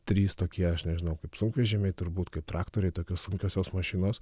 trys tokie aš nežinau kaip sunkvežimiai turbūt kaip traktoriai tokios sunkiosios mašinos